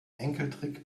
enkeltrick